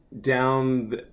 down